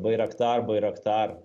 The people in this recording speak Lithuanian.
bairaktar bairaktar